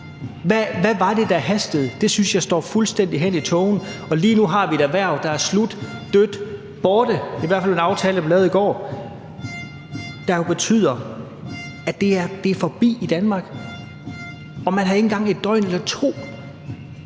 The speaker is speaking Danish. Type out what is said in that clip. Hvad var det, der hastede? Det synes jeg fortaber sig fuldstændig i tågen, og lige nu har vi et erhverv, der er slut, dødt og borte – i hvert fald med den aftale, der blev lavet i går, der jo betyder, at det er forbi med det i Danmark. Og man havde ikke engang et døgn eller to